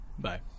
Bye